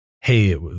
hey